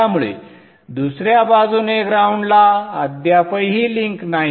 त्यामुळे दुसऱ्या बाजूने ग्राउंड ला अद्यापही लिंक नाही